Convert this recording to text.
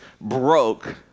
broke